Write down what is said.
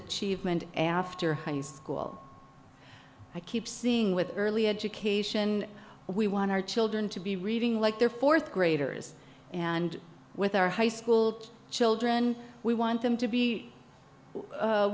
achievement after high school i keep seeing with early education we want our children to be reading like their fourth graders and with our high school children we want them to